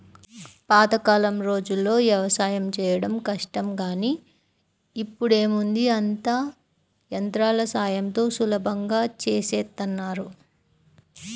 పాతకాలం రోజుల్లో యవసాయం చేయడం కష్టం గానీ ఇప్పుడేముంది అంతా యంత్రాల సాయంతో సులభంగా చేసేత్తన్నారు